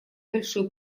большой